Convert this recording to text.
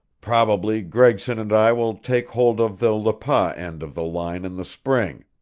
probably gregson and i will take hold of the le pas end of the line in the spring.